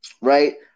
right